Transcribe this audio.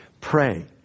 Pray